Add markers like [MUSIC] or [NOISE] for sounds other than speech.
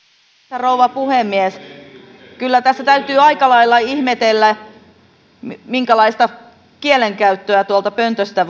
rouva puhemies kyllä tässä täytyy aika lailla ihmetellä minkälaista kielenkäyttöä tuolta pöntöstä [UNINTELLIGIBLE]